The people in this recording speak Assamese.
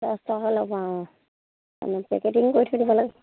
দহটাকে লাগে অঁ মানে পেকেটিং কৰি থৈ দিব লাগ